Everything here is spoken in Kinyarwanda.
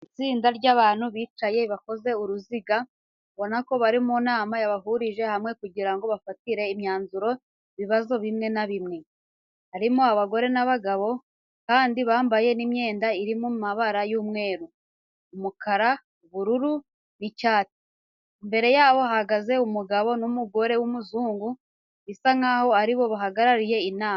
Itsinda ry'abantu bicaye bakoze uruziga, ubona ko bari mu nama yabahurije hamwe kugira ngo bafatire imyanzuro ibibazo bimwe na bimwe. Harimo abagore n'abagabo kandi bambaye imyenda iri mu mabara y'umweru, umukara, ubururu n'icyatsi. Imbere yabo hahagaze umugabo n'umugore w'umuzungu bisa nkaho ari bo bahagarariye inama.